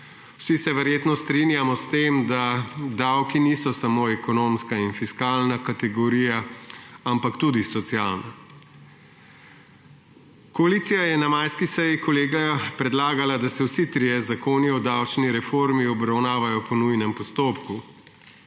Vsi se verjetno strinjamo s tem, da davki niso samo ekonomska in fiskalna kategorija, ampak tudi socialna. Koalicija je na majski seji kolegija predlagala, da se vsi trije zakoni o davčni reformi obravnavajo po nujnem postopku.